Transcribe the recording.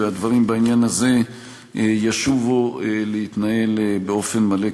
והדברים בעניין הזה ישובו להתנהל באופן מלא,